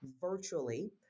virtually